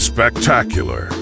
Spectacular